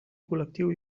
col·lectiu